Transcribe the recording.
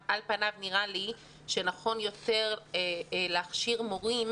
על פניו נראה לי שנכון יותר להכשיר מורים.